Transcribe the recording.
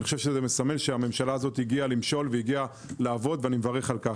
זה מסמל שהממשלה הזו הגיעה למשול ולעבוד ואני מברך על כך.